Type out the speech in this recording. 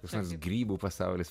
koks nors grybų pasaulis